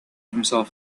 himself